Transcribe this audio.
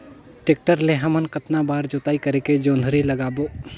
Tractor ले हमन कतना बार जोताई करेके जोंदरी लगाबो?